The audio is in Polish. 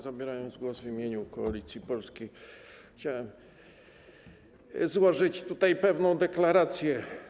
Zabierając głos w imieniu Koalicji Polskiej, chciałem złożyć tutaj pewną deklarację.